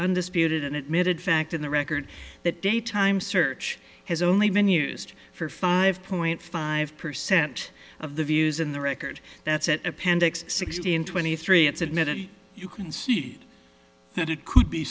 undisputed and admitted fact in the record that daytime search has only been used for five point five percent of the views in the record that's at appendix sixteen twenty three it's admitted you concede that it could be